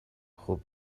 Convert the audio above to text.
خوب